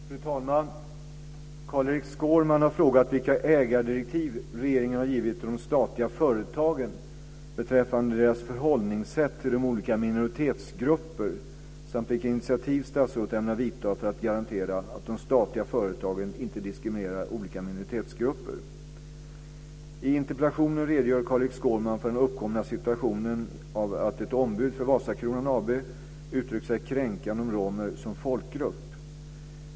Fru talman! Carl-Erik Skårman har frågat vilka ägardirektiv regeringen har givit till de statliga företagen beträffande deras förhållningssätt till olika minoritetsgrupper samt vilka initiativ statsrådet ämnar vidta för att garantera att de statliga företagen inte diskriminerar olika minoritetsgrupper. I interpellationen redogör Carl-Erik Skårman för den uppkomna situationen av att ett ombud för Vasakronan AB uttryckt sig kränkande om romer som folkgrupp.